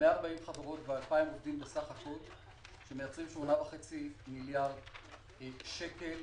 140 חברות ו-2,000 עובדים שמייצרים 8.5 מיליארד שקל